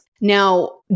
Now